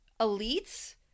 elites